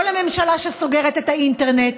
לא לממשלה שסוגרת את האינטרנט,